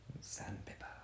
Sandpaper